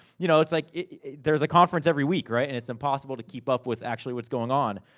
you know, it's like there's a conference every week, right? and it's impossible to keep up with actually what's going on.